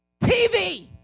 TV